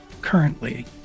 currently